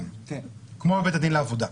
כן, כמו בבית הדין לעבודה.